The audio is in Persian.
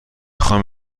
خوام